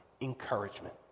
encouragement